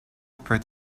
peut